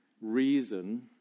reason